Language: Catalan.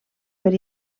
per